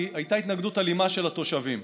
כי הייתה התנגדות אלימה של התושבים.